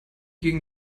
gegen